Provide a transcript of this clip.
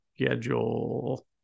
schedule